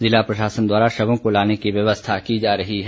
जिला प्रशासन द्वारा शवों को लाने की व्यवस्था की जा रही है